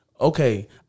okay